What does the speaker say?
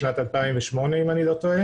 משנת 2008, אם אני לא טועה.